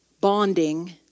bonding